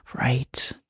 Right